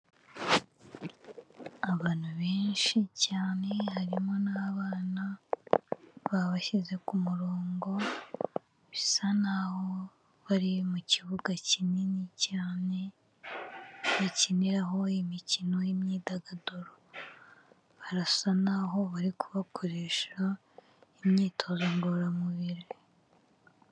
Abantu benshi cyane harimo n'abana, babashyize ku murongo, bisa naho bari mu kibuga kinini cyane, bakiniraho imikino y'imyidagaduro, barasa naho bari kubakoresha imyitozo ngororamubiri.